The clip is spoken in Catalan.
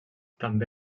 també